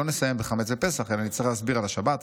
לא נסיים בחמץ בפסח אלא נצטרך להסביר על השבת,